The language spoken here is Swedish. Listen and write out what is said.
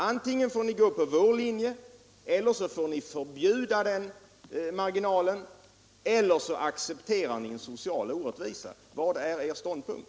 Antingen får ni välja vår linje eller förbjuda marginalen, eller också accepterar ni en social orättvisa. Vad är er ståndpunkt?